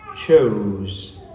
chose